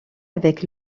avec